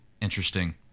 interesting